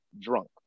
drunk